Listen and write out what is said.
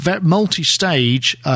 multi-stage